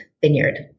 vineyard